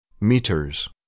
meters